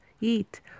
eat